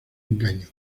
engaño